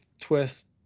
twist